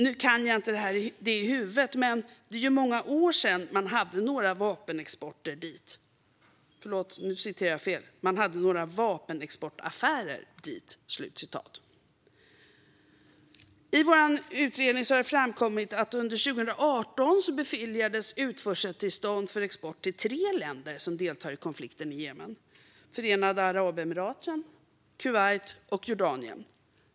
Nu kan jag inte det i huvudet, men det är ju många år sedan man hade några vapenexportaffärer dit." I vår utredning har det framkommit att det under 2018 beviljades utförseltillstånd för export till tre länder som deltar i konflikten i Jemen: Förenade Arabemiraten, Kuwait och Jordanien.